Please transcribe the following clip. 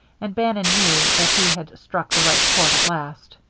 and bannon knew that he had struck the right chord at last.